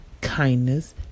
kindness